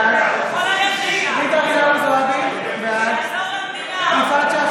בעד ג'ידא רינאוי זועבי, בעד יפעת שאשא